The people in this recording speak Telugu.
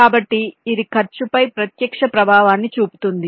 కాబట్టి ఇది ఖర్చుపై ప్రత్యక్ష ప్రభావాన్ని చూపుతుంది